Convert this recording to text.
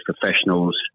professionals